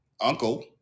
uncle